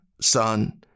Son